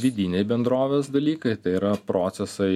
vidiniai bendrovės dalykai tai yra procesai